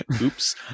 Oops